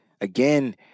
again